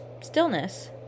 stillness